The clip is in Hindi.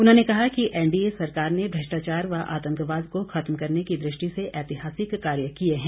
उन्होंने कहा कि एनडीए सरकार ने भ्रष्टाचार व आतंकवाद को खत्म करने की दृष्टि से ऐतिहासिक कार्य किए हैं